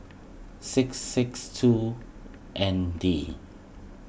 six six two N D